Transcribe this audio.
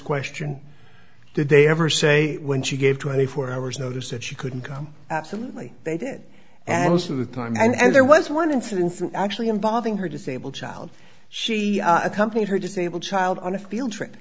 question did they ever say when she gave twenty four hours notice that she couldn't come absolutely they did and with time and there was one incident actually involving her disabled child she accompanied her disabled child on a field trip